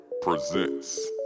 presents